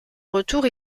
retour